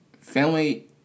family